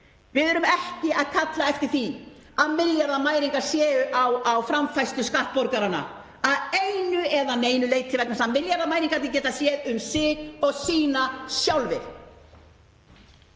Við erum ekki að kalla eftir því að milljarðamæringar séu á framfærslu skattborgaranna að einu eða neinu leyti vegna þess að milljarðamæringarnir geta séð um sig og sína sjálfir.